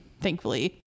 thankfully